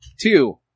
Two